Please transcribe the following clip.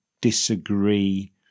disagree